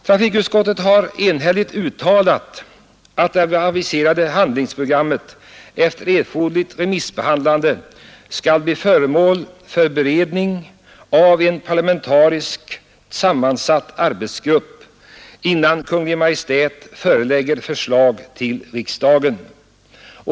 Trafikutskottet har enhälligt uttalat att det aviserade handlingsprogrammet efter erforderligt remissbehandlande skall bli föremål för beredning av en parlamentariskt sammansatt arbetsgrupp innan Kungl. Maj:t framlägger förslag till riksdagen.